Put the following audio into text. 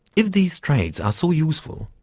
if these traits are so useful,